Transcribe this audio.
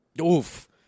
Oof